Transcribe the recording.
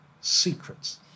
secrets